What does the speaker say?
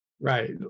right